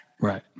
Right